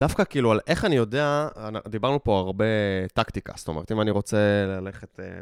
דווקא כאילו, על איך אני יודע, דיברנו פה הרבה טקטיקה, זאת אומרת, אם אני רוצה ללכת...